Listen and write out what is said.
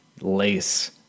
lace